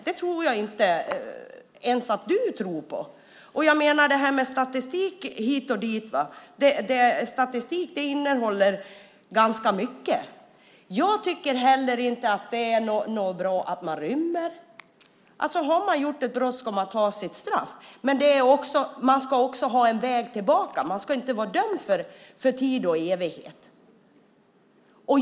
Det tror jag inte ens att du tror på. När det gäller statistik hit och dit innehåller statistik ganska mycket. Jag tycker heller inte att det är bra att man rymmer. Har man begått ett brott ska man ta sitt straff. Men man ska också ha en väg tillbaka. Man ska inte vara dömd för tid och evighet.